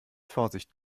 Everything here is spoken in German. vorsicht